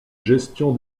gestion